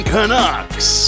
Canucks